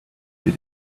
did